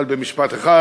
אבל במשפט אחד: